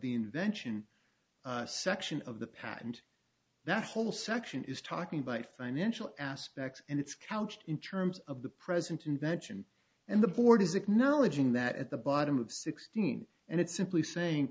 the invention section of the patent that whole section is talking about financial aspects and it's couched in terms of the present invention and the board is acknowledging that at the bottom of sixteen and it's simply saying